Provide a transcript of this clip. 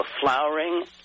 flowering